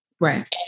Right